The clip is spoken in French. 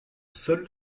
seul